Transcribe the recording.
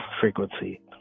frequency